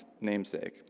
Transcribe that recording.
namesake